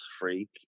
freak